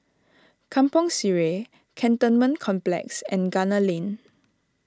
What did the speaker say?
Kampong Sireh Cantonment Complex and Gunner Lane